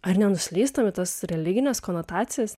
ar nenuslystam į tas religines konotacijas